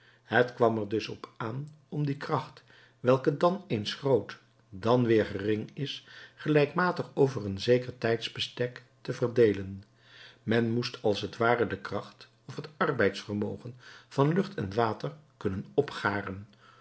het kwam er dus op aan om die kracht welke dan eens groot dan weder gering is gelijkmatig over een zeker tijdsbestek te verdeelen men moest als het ware de kracht of het arbeidsvermogen van lucht en water kunnen opgaren